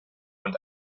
und